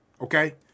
okay